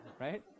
Right